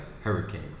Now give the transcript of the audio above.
hurricane